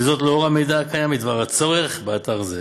וזאת לאור המידע הקיים בדבר הצורך באתר זה.